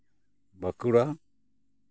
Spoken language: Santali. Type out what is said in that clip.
ᱵᱟᱸᱠᱩᱲᱟ